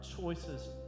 choices